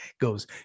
goes